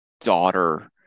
daughter